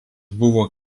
buvo